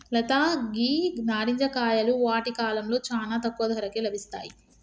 లత గీ నారింజ కాయలు వాటి కాలంలో చానా తక్కువ ధరకే లభిస్తాయి